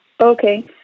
Okay